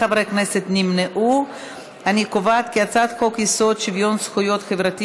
להעביר לוועדה את הצעת חוק-יסוד: שוויון זכויות חברתי